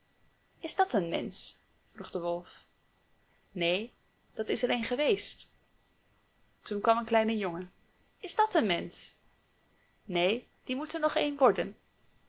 is dat een mensch vroeg de wolf neen dat is er een geweest toen kwam een kleine jongen is dat een mensch neen die moet er nog een worden